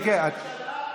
ועדת החוקה,